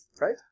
right